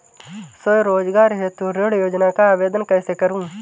स्वरोजगार हेतु ऋण योजना का आवेदन कैसे करें?